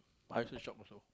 I still shocked you know